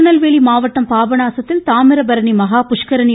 திருநெல்வேலி மாவட்டம் பாபநாசத்தில் தாமிரபரணி மகா புஷ்கரணி